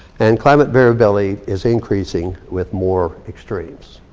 and climate variability is increasing with more extremes.